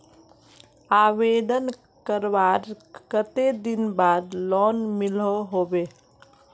आवेदन करवार कते दिन बाद लोन मिलोहो होबे?